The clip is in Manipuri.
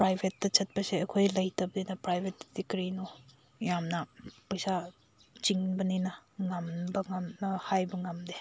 ꯄ꯭ꯔꯥꯏꯕꯦꯠꯇ ꯆꯠꯄꯁꯦ ꯑꯩꯈꯣꯏ ꯂꯩꯇꯕꯅꯤꯅ ꯄ꯭ꯔꯥꯏꯕꯦꯠꯇꯗꯤ ꯀꯔꯤꯅꯣ ꯌꯥꯝꯅ ꯄꯩꯁꯥ ꯆꯤꯡꯕꯅꯤꯅ ꯉꯝꯕ ꯍꯥꯏꯕ ꯉꯝꯗꯦ